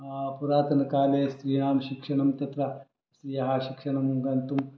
पुरातनकाले स्त्रीणां शिक्षनं इत्यत्र स्त्रियः शिक्षनं गन्तुं